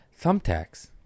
thumbtacks